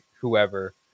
whoever